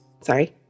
Sorry